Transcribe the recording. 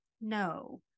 no